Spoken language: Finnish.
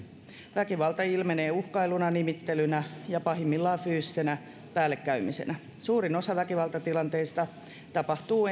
väkivalta ilmenee uhkailuna nimittelynä ja pahimmillaan fyysisenä päällekäymisenä suurin osa väkivaltatilanteista ensihoidossa tapahtuu